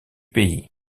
pays